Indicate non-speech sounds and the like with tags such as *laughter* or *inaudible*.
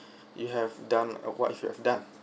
*breath* you have done what you have done